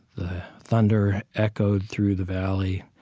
the thunder echoed through the valley,